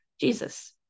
Jesus